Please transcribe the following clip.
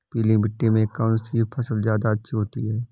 पीली मिट्टी में कौन सी फसल ज्यादा अच्छी होती है?